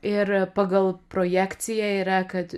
ir pagal projekciją yra kad